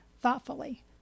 thoughtfully